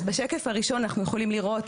אז בשקף ראשון אנחנו יכולים לראות,